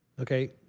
Okay